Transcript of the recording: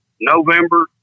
November